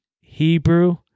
Hebrew